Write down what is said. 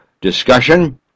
discussion